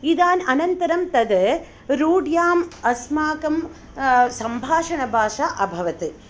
इदानीम् अनन्तरं तद् रूढ्याम् अस्माकं सम्भाषणभाषा अभवत्